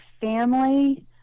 family